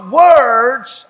words